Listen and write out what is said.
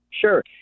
Sure